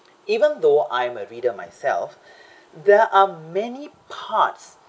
even though I'm a reader myself there are many parts